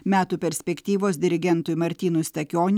metų perspektyvos dirigentui martynui stakioniui